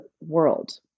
world